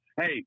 Hey